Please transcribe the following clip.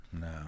No